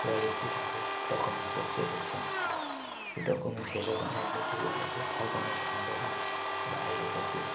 वालेटतिर अब डकुमेन्ट बोक्छै बोक्छ मान्छेले त्यो डकुमेन्ट हेर्यो भने हामीले त्यो वालेटलाई फर्काउनु सक्नुपर्यो अब अहिले त त्यो